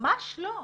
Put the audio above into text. ממש לא.